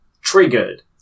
triggered